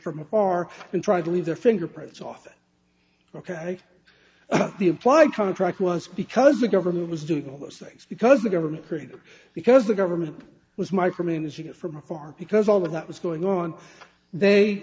from afar and try to leave their fingerprints on ok the implied contract was because the government was doing all those things because the government created because the government was micromanaging from afar because all of that was going on they